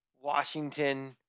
Washington